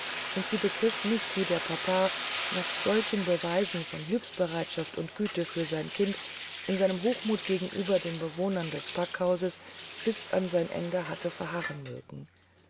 und sie begriff nicht wie der papa nach solchen beweisen von hilfsbereitschaft und güte für sein kind in seinem hochmut gegenüber den bewohnern des packhauses bis an sein ende hatte verharren mögen